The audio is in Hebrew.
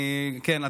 כן,